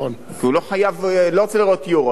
כי הוא לא רוצה לראות "יורו",